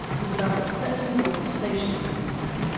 was about accepting one's station in life.